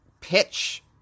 pitch